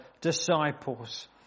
disciples